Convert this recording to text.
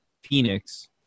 Phoenix